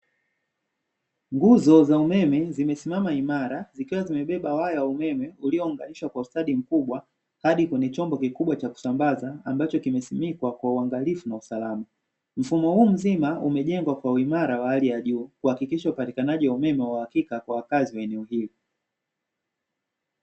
Nguzo za umeme zimesimama imara. Zikiwa zimebeba waya wa umeme uliounganishwa kwa ustadi mkubwa hadi kweye chombo kikubwa cha kusambaza, ambacho kimesimikwa kwa uangalifu na usalama. Mfumo huu mzima umejengwa kwa uimara wa hali ya juu, kuhakikisha upatikanaji wa umeme wa uhakika kwa wakazi wa eneo hili.